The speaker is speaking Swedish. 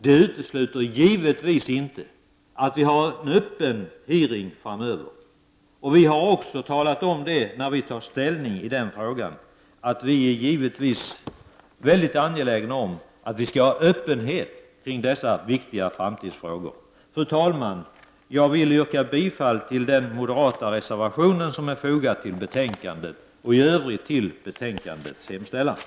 Detta utesluter givetvis inte att vi anordnar en öppen utfrågning framöver. Vi är givetvis angelägna om att det skall vara öppenhet kring dessa viktiga framtida frågor. Fru talman! Jag vill yrka bifall till den moderata reservationen som är fogad till betänkandet och i övrigt till utskottets hemställan.